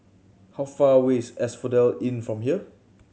how far away is Asphodel Inn from here